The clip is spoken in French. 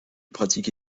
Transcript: pratique